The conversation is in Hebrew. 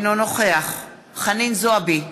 אינו נוכח חנין זועבי,